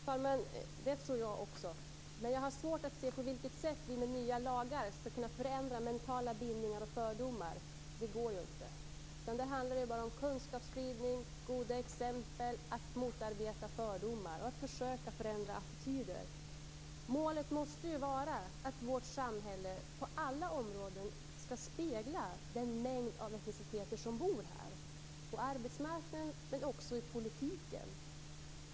Fru talman! Det tror jag också. Men jag har svårt att se på vilket sätt vi med nya lagar skall kunna förändra mentala bindningar och fördomar. Det går ju inte. Det handlar bara om kunskapsspridning, goda exempel, att motarbeta fördomar och att försöka förändra attityder. Målet måste ju vara att vårt samhälle på alla områden skall spegla den mängd av etniciteter som finns här. Det gäller på arbetsmarknaden men också i politiken.